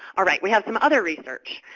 all right. we have some other research.